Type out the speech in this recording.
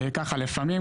לפעמים,